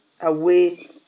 away